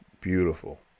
beautiful